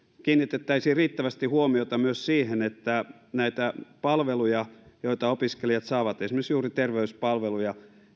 kiinnitettäisiin riittävästi huomiota myös siihen että näitä palveluja joita opiskelijat saavat esimerkiksi juuri terveyspalveluja